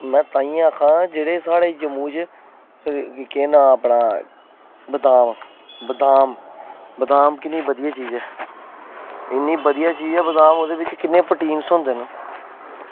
में ताहीं आक्खा ना की जेह्ड़े साढ़े जम्मू च केह् नांऽ अपना बदाम बदाम बदाम किन्नी बधियै चीज़ ऐ किन्नी बधिया चीज़ ऐ ओह्दे किन्ने होंदे न बदाम